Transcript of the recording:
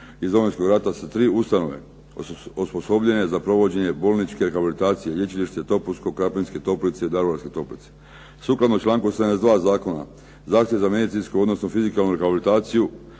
iz Domovinskog rata sa tri ustanove osposobljene za provođenje bolničke rehabilitacije, lječilište Topusko, Krapinske toplice i Daruvarske toplice. Sukladno članku 72. zakona zahtjev za medicinsku odnosno fizikalnu rehabilitaciju